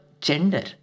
gender